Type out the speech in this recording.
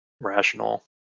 rational